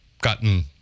gotten